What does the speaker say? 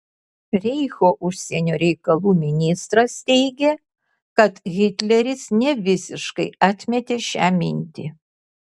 reicho užsienio reikalų ministras teigė kad hitleris nevisiškai atmetė šią mintį